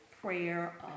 prayer